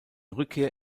rückkehr